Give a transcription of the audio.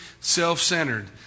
self-centered